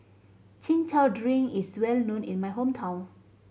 Chin Chow drink is well known in my hometown